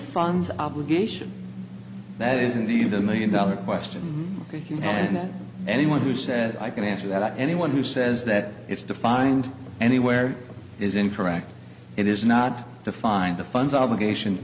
funds obligation that is indeed the million dollar question and that anyone who says i can answer that anyone who says that it's defined anywhere is incorrect it is not to find the funds obligation